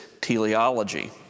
teleology